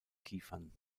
kiefern